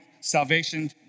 salvation